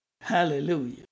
Hallelujah